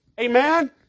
Amen